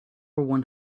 one